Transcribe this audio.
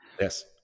Yes